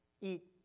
eat